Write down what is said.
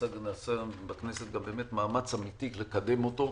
נעשה בכנסת מאמץ אמיתי לקדם אותו.